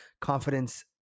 confidence